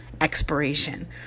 expiration